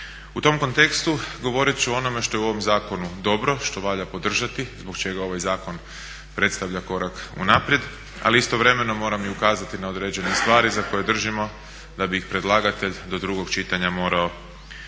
U tom kontekstu govoriti ću o onome što je u ovome zakonu dobro, što valja podržati, zbog čega ovaj zakon predstavlja korak unaprijed ali istovremeno moram i ukazati na određene stvari za koje držimo da bi ih predlagatelj do drugog čitanja morao ako